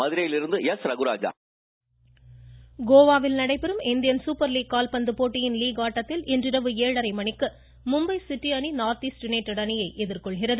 மமமமம கால்பந்து கோவாவில் நடைபெறும் இந்தியன் சூப்பாலீக் கால்பந்து போட்டியின் லீக் ஆட்டத்தில் இன்றிரவு ஏழரை மணிக்கு மும்பை சிட்டி அணி நார்த் ஈஸ்ட் யுனைடெட் அணியை எதிர்கொள்கிறது